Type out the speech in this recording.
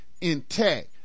intact